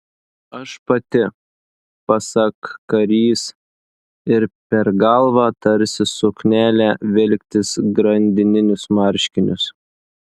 aš pati pasak karys ir per galvą tarsi suknelę vilktis grandininius marškinius